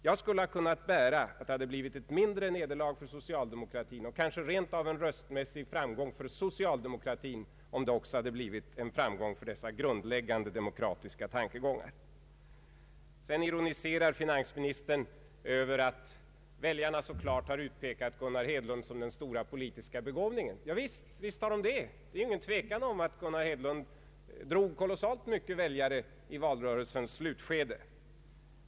Jag skulle ha kunnat bära att det hade blivit ett mindre nederlag för socialdemokratin och kanske rent av en röstmässig framgång för socialdemokratin, om det också hade blivit en framgång för grundläggande demokratiska tankegångar. Sedan ironiserar finansministern över att väljarna så klart har utpekat Gunnar Hedlund som den stora politiska begåvningen. Visst är det så. Det är ingen tvekan om att herr Hedlund drog kolossalt många väljare i valrörelsens slutskede.